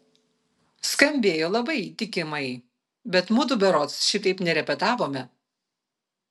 skambėjo labai įtikimai bet mudu berods šitaip nerepetavome